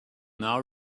now